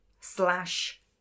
slash